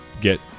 get